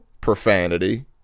profanity